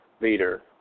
leader